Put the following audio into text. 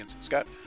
Scott